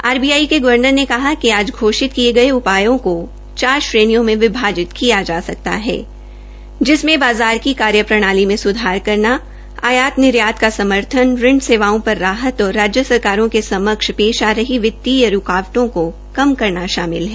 are B I के governor ने कहा कि चार श्रेणियों में विभाजित किया जा सकता है जिनमे बाज़ार की कार्यप्रणाली में सुधार करना आयात निर्यात का समर्थन ऋण सेवाओं पर राहत और राज्य सरकारों के समक्ष पेश आ रही वित्तीय रूकावटों को कम करना शामिल है